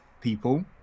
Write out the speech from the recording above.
people